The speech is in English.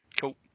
Cool